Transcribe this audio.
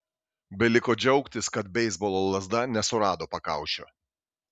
beliko džiaugtis kad beisbolo lazda nesurado pakaušio